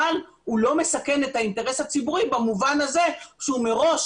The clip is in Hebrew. אבל הוא לא מסכן את האינטרס הציבורי במובן הזה שהוא מראש